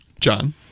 John